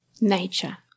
Nature